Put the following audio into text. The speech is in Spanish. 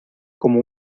como